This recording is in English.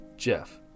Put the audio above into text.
Jeff